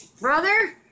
brother